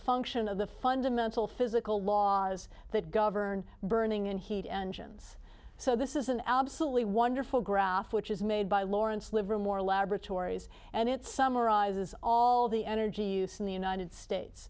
function of the fundamental physical laws that govern burning and heat engines so this is an absolutely wonderful graph which is made by lawrence livermore laboratories and it summarizes all the energy use in the united states